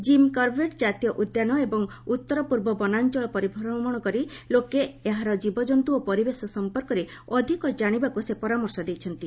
gym Corbett ଜାତୀୟ ଉଦ୍ୟାନ ଏବଂ ଉତ୍ତର ପୂର୍ବ ବନାଅଳ ପରିଭ୍ରମଣ କରି ଲୋକେ ଏହାର ଜୀବଜନ୍ତୁ ଓ ପରିବେଶ ସମ୍ପର୍କରେ ଅଧିକ ଜାଣିବାକୁ ସେ ପରାମର୍ଶ ଦେଇଛନ୍ତି